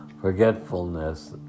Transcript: forgetfulness